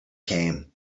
came